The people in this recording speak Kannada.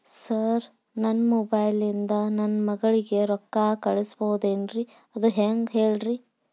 ಸರ್ ನನ್ನ ಮೊಬೈಲ್ ಇಂದ ನನ್ನ ಮಗಳಿಗೆ ರೊಕ್ಕಾ ಕಳಿಸಬಹುದೇನ್ರಿ ಅದು ಹೆಂಗ್ ಹೇಳ್ರಿ